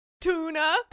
Tuna